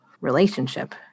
relationship